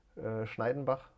Schneidenbach